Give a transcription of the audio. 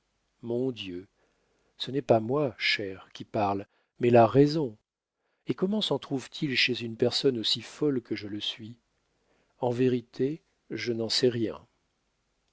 mon dieu ce n'est pas moi cher qui parle mais la raison et comment s'en trouve-t-il chez une personne aussi folle que je le suis en vérité je n'en sais rien